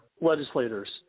legislators